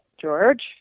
George